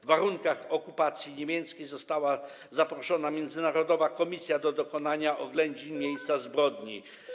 W warunkach okupacji niemieckiej została zaproszona międzynarodowa komisja do dokonania oględzin miejsca zbrodni.